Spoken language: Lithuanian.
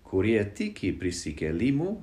kurie tiki prisikėlimu